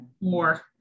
more